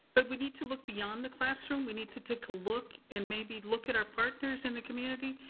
but we need to look beyond the classroom. we need to take a look and maybe look at our partners in the community.